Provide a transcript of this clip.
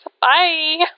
Bye